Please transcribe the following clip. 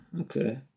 okay